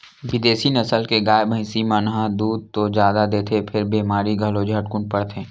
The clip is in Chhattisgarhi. बिदेसी नसल के गाय, भइसी मन ह दूद तो जादा देथे फेर बेमार घलो झटकुन परथे